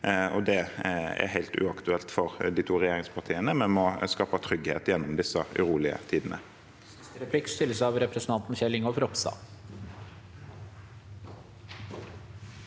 Det er helt uaktuelt for de to regjeringspartiene. Vi må skape trygghet gjennom disse urolige tidene.